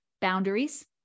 Boundaries